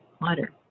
water